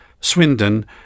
Swindon